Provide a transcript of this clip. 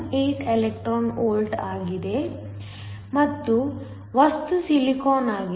18 electron volt ಆಗಿದೆ ಮತ್ತು ವಸ್ತು ಸಿಲಿಕಾನ್ಆಗಿದೆ